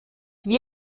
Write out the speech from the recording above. wir